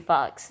Fox 。